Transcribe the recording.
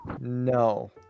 No